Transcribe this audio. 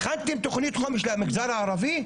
הכנתם תוכנית חומש למגזר הערבי?